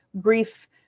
grief